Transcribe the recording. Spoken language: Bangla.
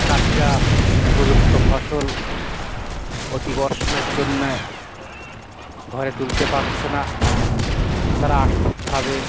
চাষিরা উপযুক্ত ফসল অতিবর্ষণের জন্যে ঘরে তুলতে পারছে না তারা আর্থিকভাবে